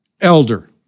Elder